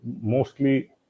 mostly